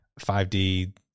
5D